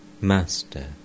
Master